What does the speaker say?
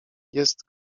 jest